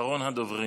אחרון הדוברים.